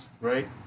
right